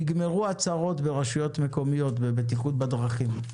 נגמרו הצרות ברשויות מקומיות בבטיחות בדרכים,